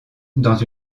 dans